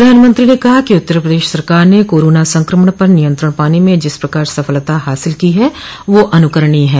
प्रधानमंत्री ने कहा कि उत्तर प्रदेश सरकार ने कोरोना संक्रमण पर नियंत्रण पाने में जिस प्रकार सफलता हासिल की है वह अनुकरणीय है